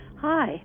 Hi